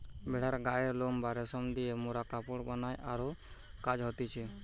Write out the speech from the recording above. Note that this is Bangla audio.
ভেড়ার গায়ের লোম বা রেশম দিয়ে মোরা কাপড় বানাই আরো কাজ হতিছে